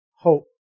hope